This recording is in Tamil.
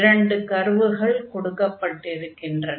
இரண்டு கர்வுகள் கொடுக்கப்பட்டிருக்கின்றன